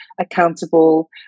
accountable